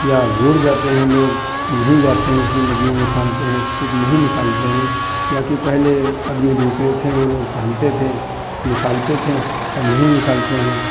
या बूड़ जाते हैं लोग तो नहीं जाते हैं उसमें नदियों में फाँदते हैं सीप नहीं निकालते हैं बाकी पहले आदमी दूसरे थें वो लोग फाँदते थे निकालते थें अब नहीं निकालते हैं